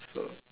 so